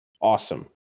awesome